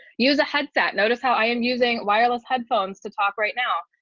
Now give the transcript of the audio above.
use a headset, notice how i am using wireless headphones to talk right now.